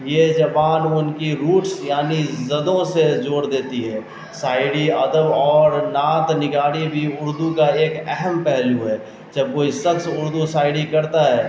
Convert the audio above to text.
یہ زبان ان کی روٹس یعنی زدوں سے جوڑ دیتی ہے شاعری ادب اور نعت نگاری بھی اردو کا ایک اہم پہلو ہے جب کوئی شخص اردو شاعری کرتا ہے